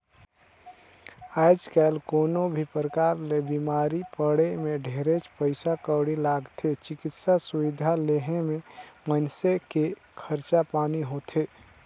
आयज कायल कोनो भी परकार ले बिमारी पड़े मे ढेरेच पइसा कउड़ी लागथे, चिकित्सा सुबिधा लेहे मे ओ मइनसे के खरचा पानी होथे